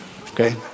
okay